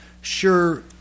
sure